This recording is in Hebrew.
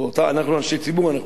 אנחנו סובלים מהדברים האלה,